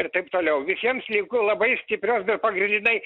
ir taip toliau visiems linkiu labai stiprios bet pagrindinai